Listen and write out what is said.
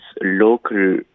local